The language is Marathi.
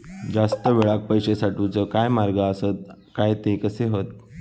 जास्त वेळाक पैशे साठवूचे काय मार्ग आसत काय ते कसे हत?